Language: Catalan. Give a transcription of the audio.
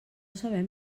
sabem